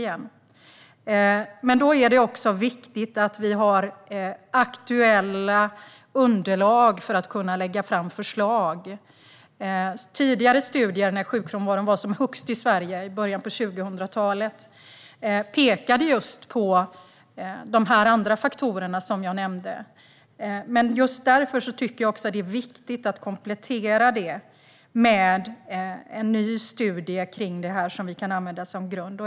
Det är viktigt att vi har aktuella underlag för att kunna lägga fram förslag. Tidigare studier från början av 2000-talet, då sjukfrånvaron i Sverige var som högst, pekar på de andra faktorer som jag nämnde. Just därför tycker jag att det är viktigt att komplettera med en ny studie om detta, som vi kan använda som grund.